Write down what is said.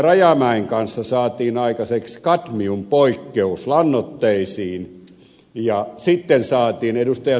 rajamäen kanssa saatiin aikaiseksi kadmium poikkeus lannoitteisiin ja sitten saatiin ed